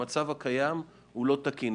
המצב הקיים הוא לא תקין.